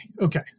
okay